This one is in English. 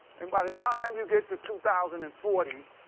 and by the time you get to two thousand and forty,